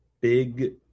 big